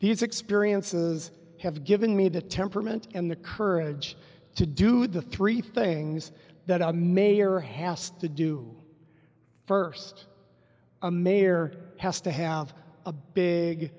these experiences have given me the temperament and the courage to do the three things that i may or hast to do first a mayor has to have a big